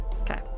Okay